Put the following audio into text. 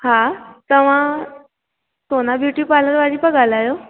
हा तव्हां Sona beauty parlour वारी पिया ॻाल्हायो